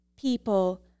people